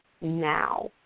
now